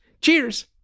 Cheers